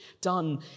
done